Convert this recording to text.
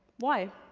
why?